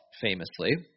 famously